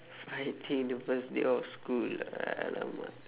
fighting the first day of school ah !alamak!